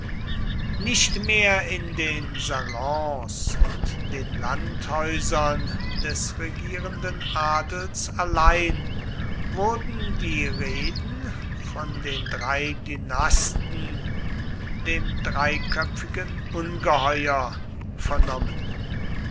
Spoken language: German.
nicht mehr in den salons und den landhäusern des regierenden adels allein wurden die reden von den drei dynasten dem dreiköpfigen ungeheuer vernommen